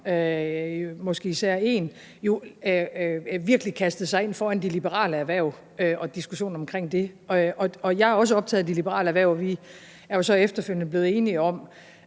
måske især en – jo virkelig kastet sig ind foran de liberale erhverv og diskussionen omkring det, og jeg er også optaget af de liberale erhverv. Vi er jo så efterfølgende blevet enige om,